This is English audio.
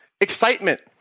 excitement